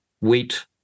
wheat